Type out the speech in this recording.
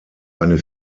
eine